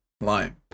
lime